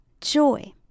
Joy